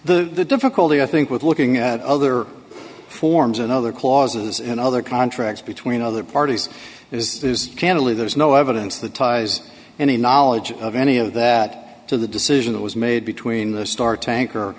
the the difficulty i think with looking at other forms and other clauses in other contracts between other parties is there's generally there's no evidence that ties any knowledge of any of that to the decision that was made between the store tanker